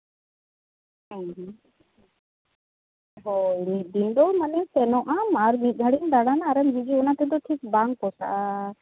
ᱦᱩᱸ ᱦᱩᱸ ᱦᱳᱭ ᱢᱤᱫ ᱫᱤᱱ ᱫᱚ ᱢᱟᱱᱮ ᱥᱮᱱᱚᱜ ᱟᱢ ᱟᱨ ᱢᱤᱫ ᱜᱷᱟᱹᱲᱤᱡ ᱮᱢ ᱫᱟᱬᱟᱱᱟᱢ ᱟᱨᱮᱢ ᱦᱤᱡᱩᱜᱼᱟ ᱚᱱᱟᱛᱮᱫᱚ ᱴᱷᱤᱠ ᱵᱟᱝ ᱯᱚᱥᱟᱜᱼᱟ